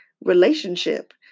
relationship